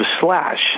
Slash